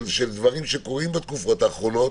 של הדברים שקורים בתקופות האחרונות